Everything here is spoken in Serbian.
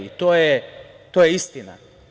To je istina.